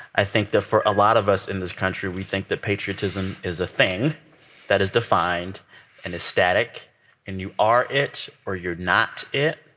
i think that for a lot of us in this country we think that patriotism is a thing that is defined and is static and you are it or you're not it.